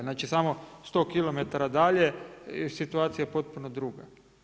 Znači, samo 100 km dalje situacija je potpuno druga.